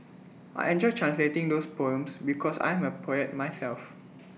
I enjoyed translating those poems because I am A poet myself